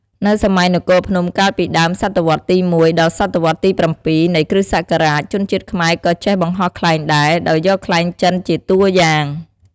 នៅសម័យនគរភ្នំកាលពីដើម សតវត្ស ទី១ ដល់ សតវត្ស ទី៧ នៃ គ្រិស្ដសករាជ ជនជាតិខ្មែរក៏ចេះបង្ហោះខ្លែងដែរ ដោយយកខ្លែងចិនជាតួយ៉ាង។